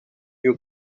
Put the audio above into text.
you